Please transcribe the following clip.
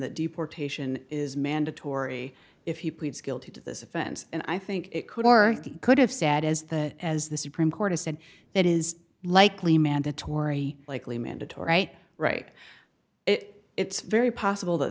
that deportation is mandatory if he pleads guilty to this offense and i think it could or could have sat as the as the supreme court has said that is likely mandatory likely mandatory right it it's very possible that